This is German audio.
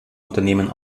unternehmen